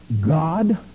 god